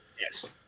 Yes